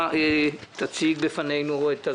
אתה תציג בפנינו.